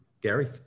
Gary